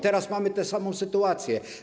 Teraz mamy tę samą sytuację.